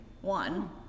one